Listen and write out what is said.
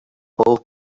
both